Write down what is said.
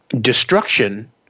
destruction